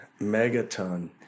Megaton